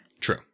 True